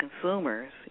consumers